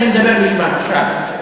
אני מדבר בשמם עכשיו.